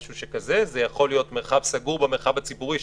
זה יכול להיות מרחב סגור במרחב הציבורי,